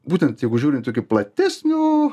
būtent jeigu žiūrint tokiu platesniu